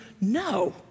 No